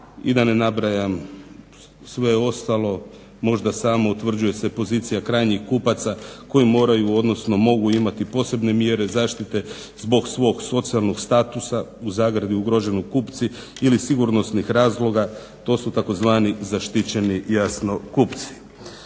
i da ne nabrajam sve ostalo. Možda samo, utvrđuje se pozicija krajnjih kupaca koji moraju, odnosno mogu imati posebne mjere zaštite zbog svog socijalnog statusa (ugroženi kupci) ili sigurnosnih razloga to su tzv. "zaštićeni" jasno kupci.